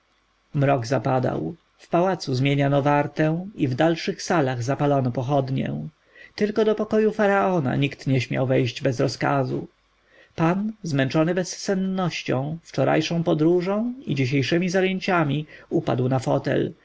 mrok zapadł w pałacu zmieniono wartę i w dalszych salach zapalono pochodnie tylko do pokoju faraona nikt nie śmiał wejść bez rozkazu pan zmęczony bezsennością wczorajszą podróżą i dzisiejszemi zajęciami upadł na fotel